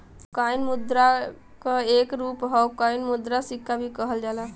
coin मुद्रा क एक रूप हौ कॉइन के सिक्का भी कहल जाला